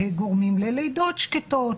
גורמים ללידות שקטות,